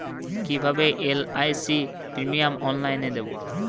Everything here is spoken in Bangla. কিভাবে এল.আই.সি প্রিমিয়াম অনলাইনে দেবো?